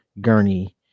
gurney